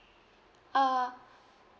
uh